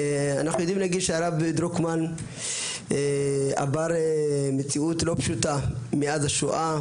אנחנו יודעים להגיד שהרב דרוקמן עבר מציאות לא פשוטה מאז השואה,